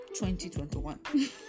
2021